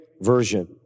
version